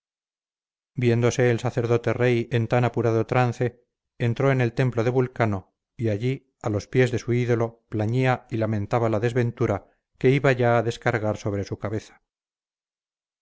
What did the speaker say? viéndose el sacerdote rey en tan apurado trance entró en el templo de vulcano y allí a los pies de su ídolo plañía y lamentaba la desventura que iba ya a descargar sobre su cabeza